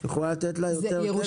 את יכולה לתת לה יותר כסף?